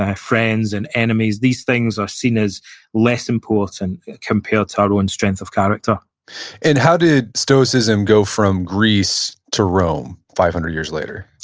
friends and enemies, these things are seen as less important compared to our own strength of character and how did stoicism go from greece to rome, five hundred years later?